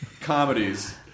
comedies